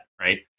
right